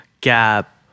Gap